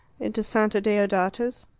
into santa deodata's?